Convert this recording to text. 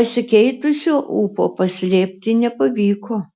pasikeitusio ūpo paslėpti nepavyko